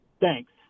Thanks